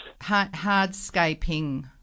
Hardscaping